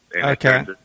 Okay